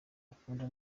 bakunda